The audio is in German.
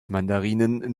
mandarinen